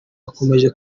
akomeje